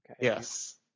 Yes